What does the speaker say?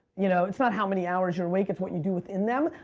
you know it's not how many hours you're awake, it's what you do within them.